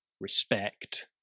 respect